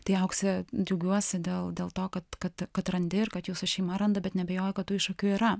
tai aukse džiaugiuosi dėl dėl to kad kad kad randi ir kad jūsų šeima randa bet neabejoju kad tų iššūkių yra